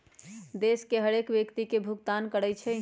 देश के हरेक व्यक्ति के भुगतान करइ छइ